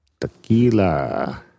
Tequila